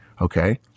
Okay